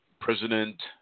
President